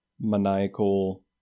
maniacal